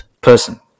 person